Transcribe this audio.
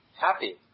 happy